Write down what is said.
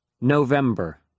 November